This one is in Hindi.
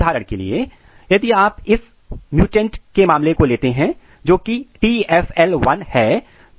उदाहरण के लिए यदि आप इस उत्परिवर्ती म्युटेंट के मामले को लेते हैं जो TFL1 है जो टर्मिनल फ्लावर 1 है